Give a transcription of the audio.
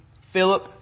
Philip